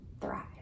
thrive